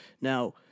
Now